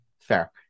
fair